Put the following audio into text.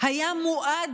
היה מועד,